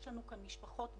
יש לנו כאן משפחות בקריסה,